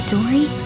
Dory